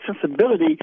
sensibility